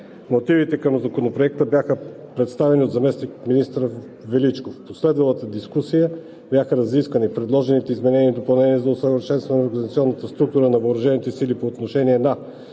Мотивите към Законопроекта бяха представени от заместник-министър Величков. В последвалата дискусия бяха разисквани предложените изменения и допълнения за усъвършенстване на организационната структура на въоръжените сили по отношение на